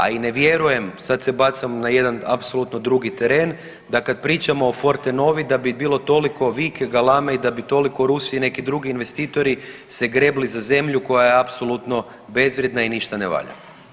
A i ne vjerujem, sad se bacam na jedan apsolutni drugi problem da kad pričamo o Fortenovi da bi bilo toliko vike, galame i da bi toliko Rusi i neki drugi investitori se grebli za zemlju koja je apsolutno bezvrijedna i ništa ne valja.